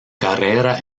carrera